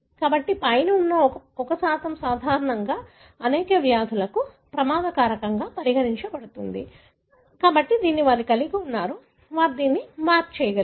కాబట్టి పైన ఉన్న 1 సాధారణంగా అనేక వ్యాధులకు ప్రమాద కారకంగా పరిగణించబడుతుంది కాబట్టి వారు దానిని కలిగి ఉన్నారు వారు దానిని మ్యాప్ చేయగలిగారు